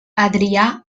adrià